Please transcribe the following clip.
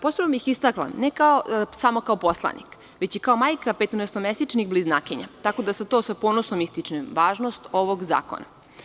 Posebno bih istakla, ne samo kao poslanik, već kao i majka petnaesto mesečnih bliznakinja, tako da sa ponosom ističem važnost ovog zakona.